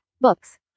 Books